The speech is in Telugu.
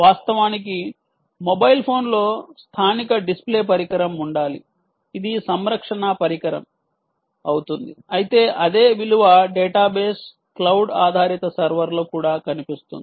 వాస్తవానికి మొబైల్ ఫోన్లో స్థానిక డిస్ప్లే పరికరం ఉండాలి ఇది సంరక్షణ పరికరం అవుతుంది అయితే అదే విలువ డేటాబేస్ క్లౌడ్ ఆధారిత సర్వర్లో కూడా కనిపిస్తుంది